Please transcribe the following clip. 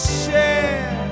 share